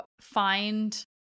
find